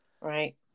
Right